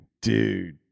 dude